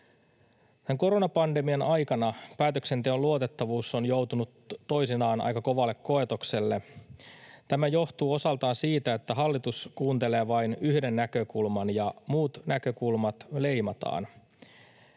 Tämän koronapandemian aikana päätöksenteon luotettavuus on joutunut toisinaan aika kovalle koetukselle. Tämä johtuu osaltaan siitä, että hallitus kuuntelee vain yhden näkökulman ja muut näkökulmat leimataan